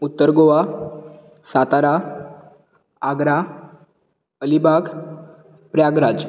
Uttar Goa Satara Agra Alibag Tyagaraja